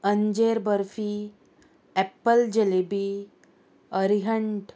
अंजेर बर्फी एप्पल जलेबी अरिहंट